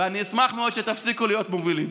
ואני אשמח מאוד שתפסיקו להיות מובילים.